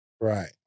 Right